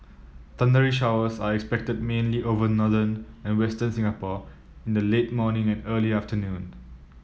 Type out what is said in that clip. thundery showers are expected mainly over northern and western Singapore in the late morning and early afternoon